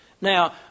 Now